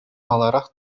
маларах